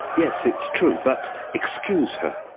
yes, it's true, but excuse her.